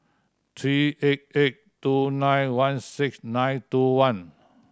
three eight eight two nine one six nine two one